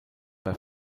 bei